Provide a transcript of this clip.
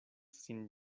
sin